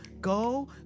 go